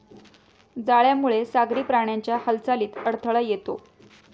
जाळ्यामुळे सागरी प्राण्यांच्या हालचालीत अडथळा येतो